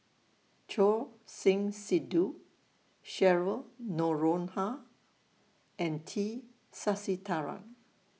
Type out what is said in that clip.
Choor Singh Sidhu Cheryl Noronha and T Sasitharan